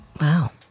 wow